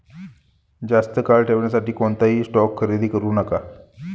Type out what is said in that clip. जास्त काळ ठेवण्यासाठी कोणताही स्टॉक खरेदी करू नका